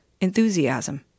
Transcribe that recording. enthusiasm